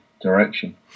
direction